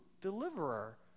deliverer